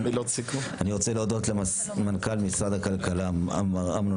אני מודה למנכ"ל משרד הכלכלה מר אמנון